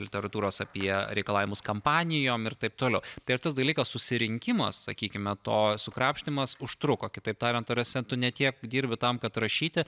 literatūros apie reikalavimus kompanijom ir taip toliau tai ir tas dalykas susirinkimas sakykime to krapštymas užtruko kitaip tariant ta prasme tu ne tiek dirbi tam kad rašyti